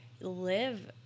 live